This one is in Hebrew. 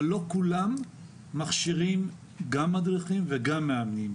אבל לא כולם מכשירים גם מדריכים וגם מאמנים,